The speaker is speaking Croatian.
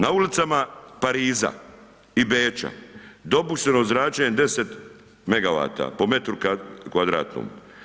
Na ulicama Pariza i Beča, dopušteno zračenje je 10 megavata, po metru kvadratnom.